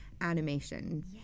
animation